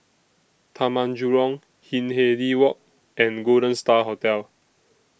Taman Jurong Hindhede Walk and Golden STAR Hotel